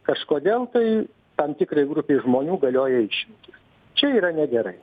kažkodėl tai tam tikrai grupei žmonių galioja išimtys čia yra negerai